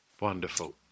Wonderful